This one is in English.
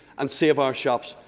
and savour shops.